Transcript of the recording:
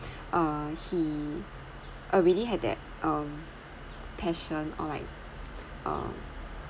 uh he uh really had that um passion or like um